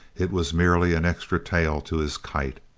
it was merely an extra tail to his kite.